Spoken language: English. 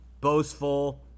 boastful